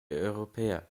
europäer